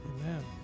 Amen